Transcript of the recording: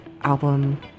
album